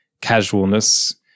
casualness